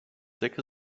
sick